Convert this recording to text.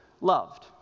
loved